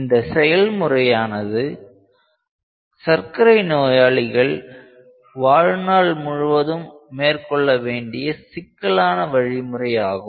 இந்த செயல்முறையானது சர்க்கரை நோயாளிகள் வாழ்நாள் முழுவதும் மேற்கொள்ள வேண்டிய சிக்கலான வழிமுறையாகும்